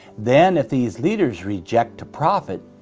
then if these leaders reject a prophet,